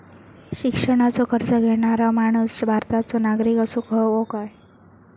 शिक्षणाचो कर्ज घेणारो माणूस भारताचो नागरिक असूक हवो काय?